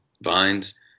Vines